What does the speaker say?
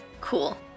Cool